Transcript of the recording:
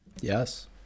Yes